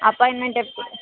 appointment ఎట్లా